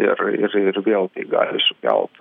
ir ir ir vėlgi gali sukelt